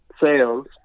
sales